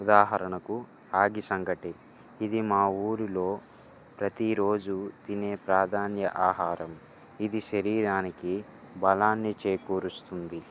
ఉదాహరణకు రాగి సంఘటి ఇది మా ఊరిలో ప్రతిరోజు తినే ప్రాధాన్య ఆహారం ఇది శరీరానికి బలాన్ని చేకూరుస్తుంది